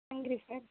ಹೆಂಗೆ ರೀ ಸರ್